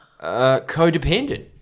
codependent